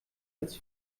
als